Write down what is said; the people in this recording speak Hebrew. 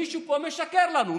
מישהו פה משקר לנו,